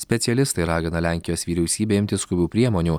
specialistai ragina lenkijos vyriausybę imtis skubių priemonių